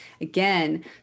Again